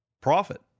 profit